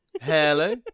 Hello